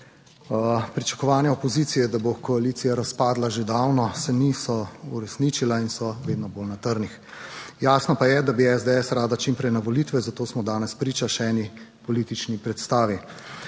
Pričakovanja opozicije, da bo koalicija razpadla že davno, se niso uresničila in so vedno bolj na trnih. Jasno pa je, da bi SDS rada čim prej na volitve, zato smo danes priča še eni politični predstavi.